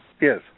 Yes